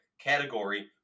category